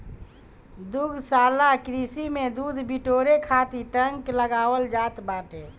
दुग्धशाला कृषि में दूध बिटोरे खातिर टैंक लगावल जात बाटे